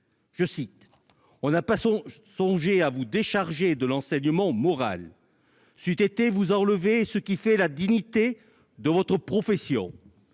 :« On n'a pas songé à vous décharger de l'enseignement moral : c'eût été vous enlever ce qui fait la dignité de votre profession.